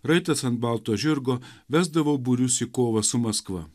raitas ant balto žirgo vesdavo būrius į kovą su maskva